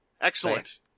Excellent